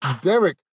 Derek